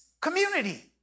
community